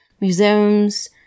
Museums